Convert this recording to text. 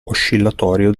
oscillatorio